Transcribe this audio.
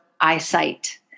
eyesight